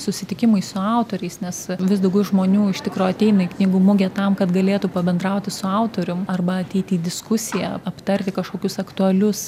susitikimai su autoriais nes vis daugiau žmonių iš tikro ateina į knygų mugę tam kad galėtų pabendrauti su autorium arba ateiti į diskusiją aptarti kažkokius aktualius